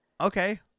Okay